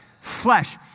flesh